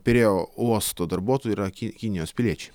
pirėjo uosto darbuotojų yra kinijos piliečiai